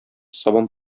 сабан